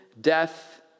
death